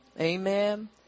Amen